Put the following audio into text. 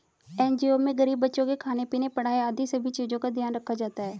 NGO में गरीब बच्चों के खाने पीने, पढ़ाई आदि सभी चीजों का ध्यान रखा जाता है